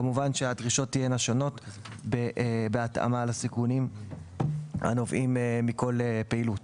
כמובן שהדרישות תהיינה שונות בהתאמה לסיכונים הנובעים מכל פעילות.